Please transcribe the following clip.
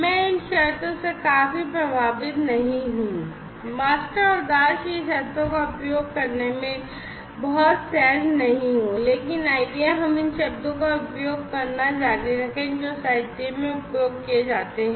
मैं इन शर्तों से काफी प्रभावित नहीं हूं और मास्टर और दास की शर्तों का उपयोग करने में बहुत सहज नहीं हूं लेकिन आइए हम इन शब्दों का उपयोग करना जारी रखें जो साहित्य में उपयोग किए जाते हैं